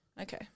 Okay